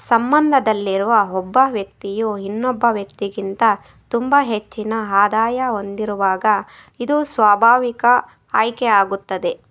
ಸಂಬಂಧದಲ್ಲಿರುವ ಒಬ್ಬ ವ್ಯಕ್ತಿಯು ಇನ್ನೊಬ್ಬ ವ್ಯಕ್ತಿಗಿಂತ ತುಂಬ ಹೆಚ್ಚಿನ ಆದಾಯ ಹೊಂದಿರುವಾಗ ಇದು ಸ್ವಾಭಾವಿಕ ಆಯ್ಕೆ ಆಗುತ್ತದೆ